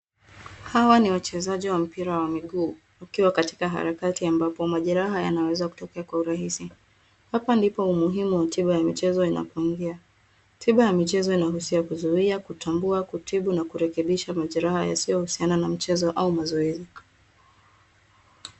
Hawa ni wachezaji wa mpira wa miguu wakiwa katika harakati ambapo majeraha yanaweza kutokea kwa urahisi. Hapa ndipo umuhimu wa tiba ya michezo inapoingia. Tiba ya michezo inahusia kuzuia, kutambua, kutibu na kurekebisha majeraha yasiyohusiana na michezo au mazoezi.